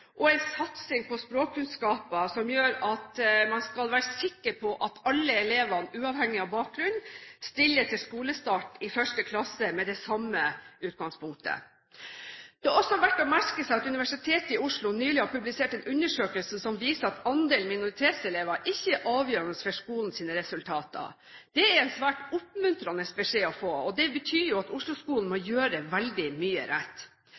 satsing på språkkunnskaper som gjør at man skal være sikker på at alle elevene, uavhengig av bakgrunn, stiller til skolestart i første klasse med det samme utgangspunktet. Det er også verdt å merke seg at Universitetet i Oslo nylig har publisert en undersøkelse som viser at andelen minoritetselever ikke er avgjørende for skolens resultater. Det er en svært oppmuntrende beskjed å få. Det betyr jo at Oslo-skolen må gjøre veldig mye rett.